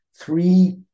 three